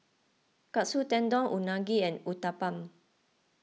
Katsu Tendon Unagi and Uthapam